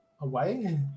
away